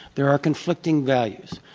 there are conflicting values.